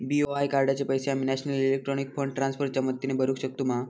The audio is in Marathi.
बी.ओ.आय कार्डाचे पैसे आम्ही नेशनल इलेक्ट्रॉनिक फंड ट्रान्स्फर च्या मदतीने भरुक शकतू मा?